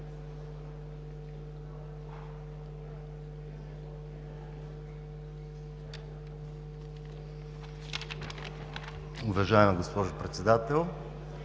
Уважаема госпожо Председател,